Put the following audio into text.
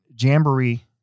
jamboree